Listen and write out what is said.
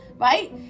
right